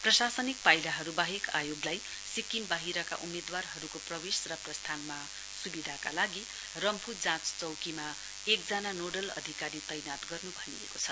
प्रशासनिक पाइलाहरू बाहेक आयोगलाई सिक्किम बाहिरका उम्मेदवारहरूको प्रवेश र प्रस्थानमा सुविधाका लागि रम्फू जाँच चौकीमा एक जना नोडल अधिकारी तैनाथ गर्नु भनिएको छ